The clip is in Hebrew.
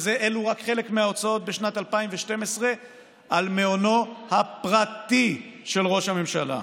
אלו רק חלק מההוצאות בשנת 2012 על מעונו הפרטי של ראש הממשלה.